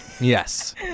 yes